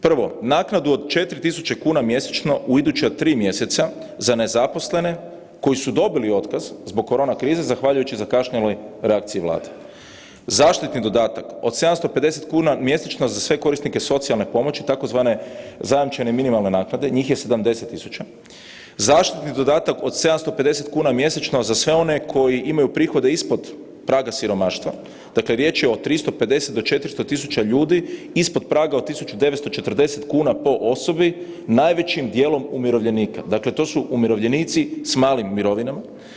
Prvo, naknadu od 4.000 kuna mjesečno u iduća tri mjeseca za nezaposlene koji su dobili otkaz zbog korona krize, zahvaljujući zakašnjeloj reakciji Vlade, zaštitni dodatak od 750 kuna mjesečno za sve korisnike socijalne pomoći tzv. zajamčene minimalne naknade njih je 70.000, zaštitni dodatak od 750 kuna mjesečno za sve one koji imaju prihode ispod praga siromaštva, dakle riječ je od 350 do 400.000 ljudi ispod praga od 1.940 kuna po osobni najvećim dijelom umirovljenika, dakle to su umirovljenici s malim mirovinama.